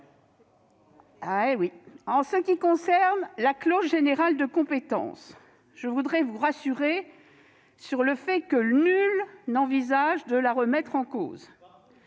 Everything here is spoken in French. En ce qui concerne la clause générale de compétence, je voudrais vous rassurer sur le fait que le nul n'envisage de la remettre en cause.